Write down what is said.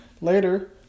later